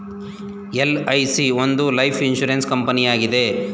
LIC ಒಂದು life insurance ಕಂಪನಿಯಾಗಿದೆ